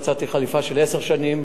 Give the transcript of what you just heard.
מצאתי חליפה של עשר שנים,